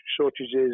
shortages